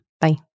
Bye